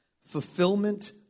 Fulfillment